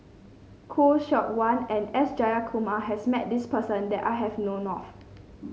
Khoo Seok Wan and S Jayakumar has met this person that I have known of